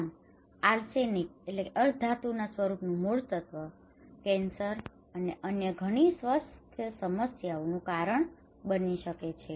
આમ arsenic arsenic અર્ધધાતુના સ્વરૂપનું મૂળતત્વ કેન્સર અને અન્ય ઘણી સ્વાસ્થ્ય સમસ્યાઓનું કારણ બની શકે છે